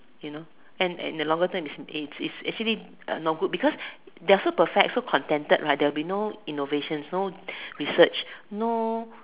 you know in in the longer term it's it's actually not good because they are so perfect so contented right there will be no innovations no research no